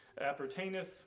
appertaineth